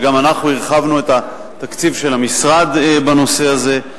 וגם אנחנו הרחבנו את התקציב של המשרד בנושא הזה.